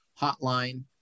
hotline